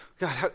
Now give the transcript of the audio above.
God